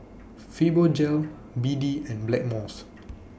Fibogel B D and Blackmores